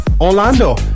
Orlando